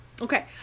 okay